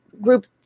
group